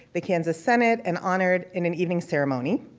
the kansas senate and honored in an evening ceremony.